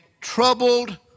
troubled